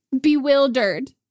bewildered